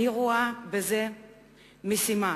אני רואה בזה משימה,